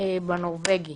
בנורבגי